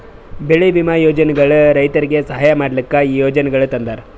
ಬೆಳಿ ವಿಮಾ ಯೋಜನೆಗೊಳ್ ರೈತುರಿಗ್ ಸಹಾಯ ಮಾಡ್ಲುಕ್ ಈ ಯೋಜನೆಗೊಳ್ ತಂದಾರ್